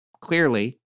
Clearly